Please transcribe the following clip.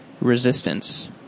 Resistance